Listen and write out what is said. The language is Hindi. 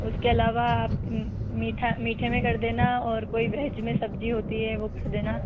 उसके अलावा आप मीठा मीठे में कर देना और कोई वेज में सब्जी होती है वो कर देना